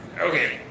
Okay